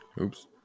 oops